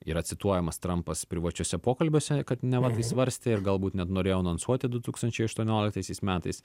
yra cituojamas trampas privačiuose pokalbiuose kad neva tai svarstė ir galbūt net norėjo anonsuoti du tūkstančiai aštuonioliktaisiais metais